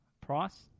Price